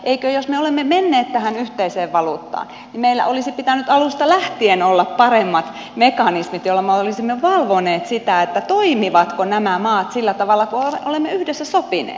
eikö jos me olemme menneet tähän yhteiseen valuuttaan meillä olisi pitänyt alusta lähtien olla paremmat mekanismit joilla me olisimme valvoneet sitä toimivatko nämä maat sillä tavalla kuin olemme yhdessä sopineet